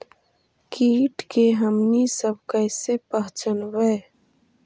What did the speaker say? किट के हमनी सब कईसे पहचनबई?